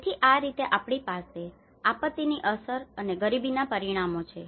તેથી આ રીતે આપણી પાસે આપત્તિની અસર અને ગરીબીનાં પરિણામો છે